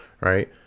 right